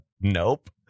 nope